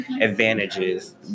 advantages